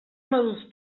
moduz